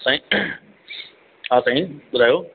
साईं हा साईं ॿुधायो